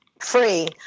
free